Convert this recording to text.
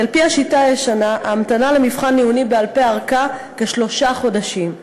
כי על-פי השיטה הישנה ההמתנה למבחן עיוני בעל-פה ארכה כשלושה חודשים,